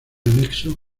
anexo